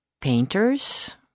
painters